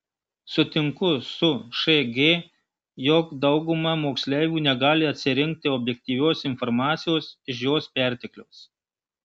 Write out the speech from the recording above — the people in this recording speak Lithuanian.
sutinku su šg jog dauguma moksleivių negali atsirinkti objektyvios informacijos iš jos pertekliaus